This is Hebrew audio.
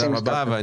תודה רבה.